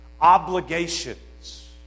Obligations